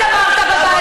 את לא הופעת לוועדה.